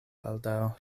baldaŭ